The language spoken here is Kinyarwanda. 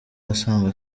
asanzwe